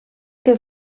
que